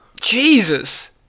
Jesus